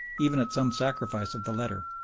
even at some sacrifice of the letter.